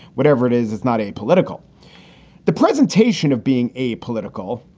whatever it is, it's not a political the presentation of being apolitical,